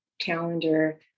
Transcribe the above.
calendar